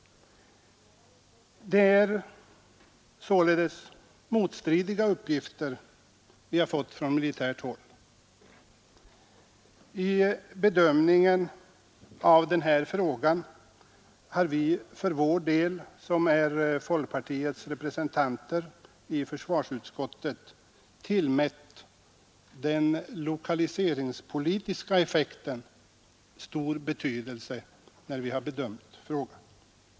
Det är således motstridiga uppgifter vi fått från militärt håll. Vid bedömningen av denna fråga har vi som representanter för folkpartiet i försvarsutskottet tillmätt den lokaliseringspolitiska effekten stor betydelse.